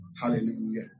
Hallelujah